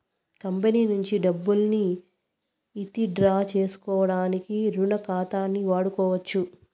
company నుంచి డబ్బుల్ని withdraw సేసుకోడానికి రుణ ఖాతాని వాడుకోవచ్చు